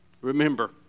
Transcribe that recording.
Remember